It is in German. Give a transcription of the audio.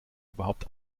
überhaupt